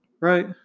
right